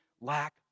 lack